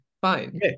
fine